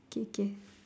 okay okay